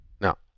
Now